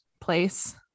place